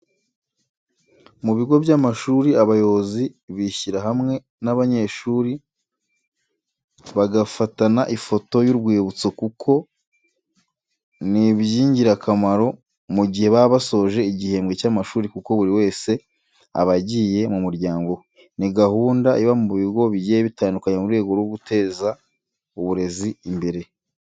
Mu bigo by'amashuri abayobozi bishyira hamwe, n'abanyeshuri bagafatana ifoto y'urwibutso kuko ni ibyigira kamaro mu gihe baba basoje igihembwe cya mashuri kuko buri wese aba agiye mu muryango we. Ni gahunda iba mu bigo bigiye bitandukanye mu rwego rwo guteza uburezi imbere.